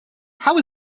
how